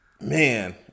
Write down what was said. Man